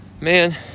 man